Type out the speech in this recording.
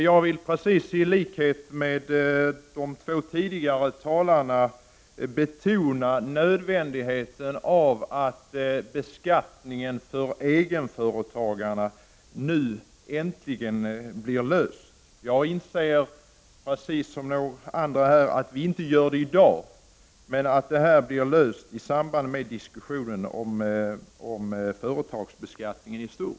Jag vill i likhet med de två tidigare talarna betona nödvändigheten av att problemet med beskattning av egenföretagarna nu äntligen blir löst. Jag, liksom flera andra talare, inser att vi inte kan åstadkomma detta i dag, men det kan bli aktuellt med en lösning i samband med diskussionen om företagsbeskattning i stort.